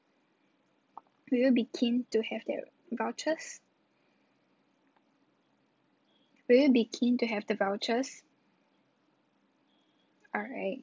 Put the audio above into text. will you be keen to have that uh vouchers will you be keen to have the vouchers alright